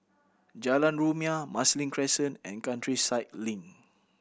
Jalan Rumia Marsiling Crescent and Countryside Link